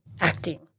acting